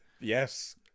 Yes